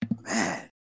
man